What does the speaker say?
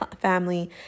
family